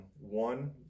one